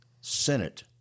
Senate